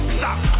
stop